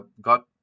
got